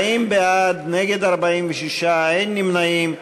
40 בעד, נגד, 46, אין נמנעים.